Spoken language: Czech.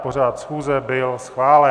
Pořad schůze byl schválen.